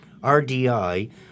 RDI